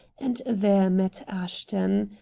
and there met ashton.